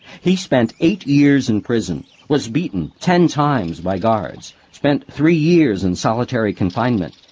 he spent eight years in prison, was beaten ten times by guards, spent three years in solitary confinement,